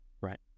right